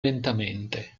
lentamente